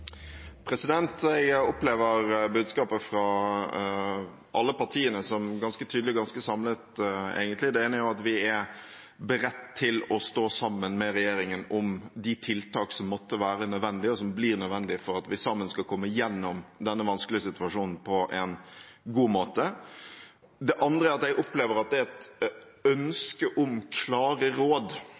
ganske tydelig og ganske samlet, egentlig. Det ene er at vi er beredt til å stå sammen med regjeringen om de tiltakene som måtte være nødvendige, og som blir nødvendige for at vi sammen skal komme gjennom denne vanskelige situasjonen på en god måte. Det andre er at jeg opplever at det er et ønske om klare råd.